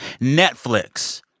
Netflix